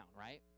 right